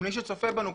מי שצופה בנו,